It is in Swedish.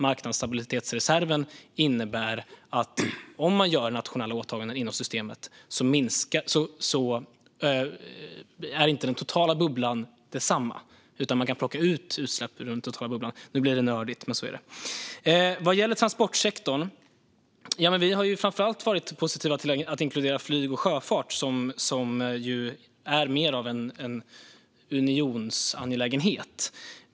Marknadsstabilitetsreserven innebär att om man gör nationella åtaganden inom systemet är den totala bubblan inte densamma, utan man kan plocka ut utsläpp ur den totala bubblan. Nu blir det nördigt, men så är det. Vad gäller transportsektorn har vi framför allt varit positiva till att inkludera flyg och sjöfart, som ju är mer av en unionsangelägenhet.